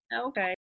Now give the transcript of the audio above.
okay